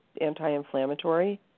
anti-inflammatory